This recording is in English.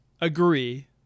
Agree